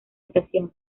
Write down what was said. estación